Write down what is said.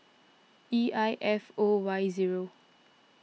E I F O Y zero